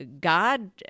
God